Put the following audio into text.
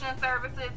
services